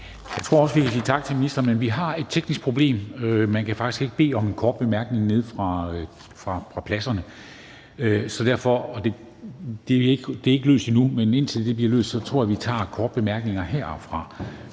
Jeg tror også, at vi kan sige tak til ministeren, men vi har et teknisk problem. Man kan faktisk ikke bede om en kort bemærkning nede fra pladserne. Problemet er ikke løst endnu, men indtil det bliver løst, tror jeg, vi tager korte bemærkninger heroppefra.